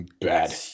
bad